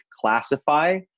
classify